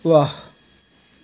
वाह्